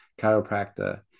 chiropractor